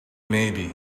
maybe